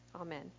Amen